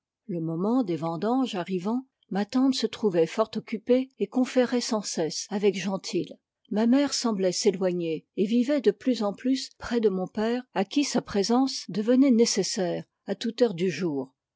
le moment des vendanges arrivant ma tante se trouvait fort occupée et conférait sans cesse avec gentil ma mère semblait s'éloigner et vivait de plus en plus près de mon père à qui sa présence devenait nécessaire à toute heure du jour